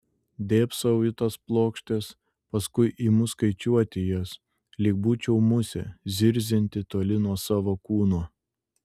dėbsau į tas plokštes paskui imu skaičiuoti jas lyg būčiau musė zirzianti toli nuo savo kūno